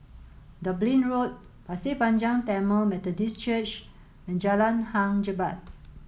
Dublin Road Pasir Panjang Tamil Methodist Church and Jalan Hang Jebat